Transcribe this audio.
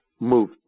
Move